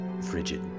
frigid